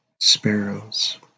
sparrows